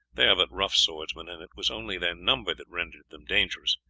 they are but rough swordsmen, and it was only their number that rendered them dangerous.